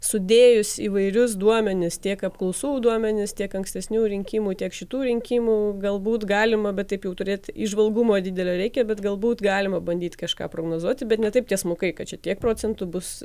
sudėjus įvairius duomenis tiek apklausų duomenis tiek ankstesnių rinkimų tiek šitų rinkimų galbūt galima bet taip jau turėti įžvalgumo didelio reikia bet galbūt galima bandyt kažką prognozuoti bet ne taip tiesmukai kad čia tiek procentų bus